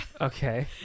Okay